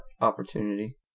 opportunity